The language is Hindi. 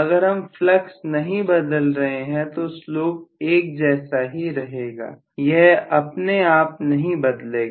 अगर हम फ्लक्स नहीं बदल रहे हैं तो स्लोप एक जैसा ही रहेगा यह अपने आप नहीं बदलेगा